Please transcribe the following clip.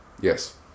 Yes